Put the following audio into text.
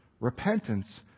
Repentance